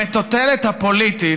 המטוטלת הפוליטית,